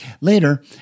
Later